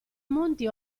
monti